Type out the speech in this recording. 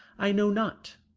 i know not,